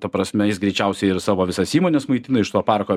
ta prasme jis greičiausiai ir savo visas įmones maitina iš to parko